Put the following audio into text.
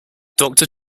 doctor